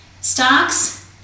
stocks